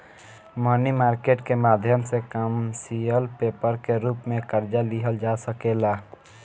मनी market के माध्यम से कमर्शियल पेपर के रूप में कर्जा लिहल जा सकेला